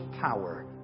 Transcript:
power